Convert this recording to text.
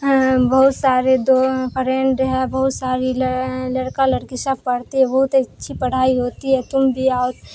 بہت سارے دو فرینڈ ہے بہت ساری لڑکا لڑکی سب پڑھتی ہے بہت اچھی پڑھائی ہوتی ہے تم بھی آؤ